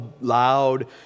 loud